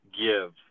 give